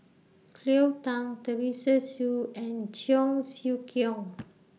Cleo Thang Teresa Hsu and Cheong Siew Keong